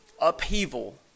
Upheaval